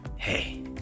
Hey